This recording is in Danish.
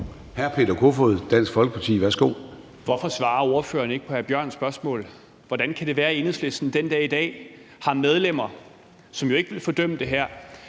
Hr. Peter Kofod, Dansk Folkeparti. Værsgo. Kl. 13:18 Peter Kofod (DF): Hvorfor svarer ordføreren ikke på hr. Mikkel Bjørns spørgsmål? Hvordan kan det være, at Enhedslisten den dag i dag har medlemmer, som jo ikke vil fordømme det her;